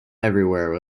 everywhere